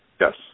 Yes